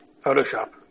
Photoshop